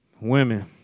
women